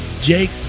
Jake